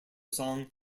song